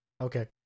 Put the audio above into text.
Okay